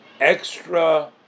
extra